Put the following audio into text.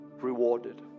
rewarded